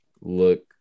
look